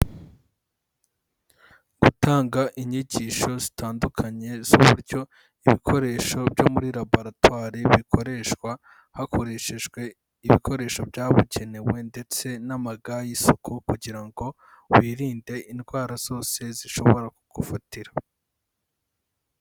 Gutanga inyigisho zitandukanye z'uburyo ibikoresho byo muri laboratwari bikoreshwa, hakoreshejwe ibikoresho byabukenewe ndetse n'amaga y'isuku, kugira ngo wirinde indwara zose zishobora kugufatira.